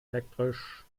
elektrisch